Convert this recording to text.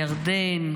ירדן,